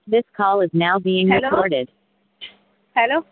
hello